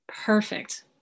Perfect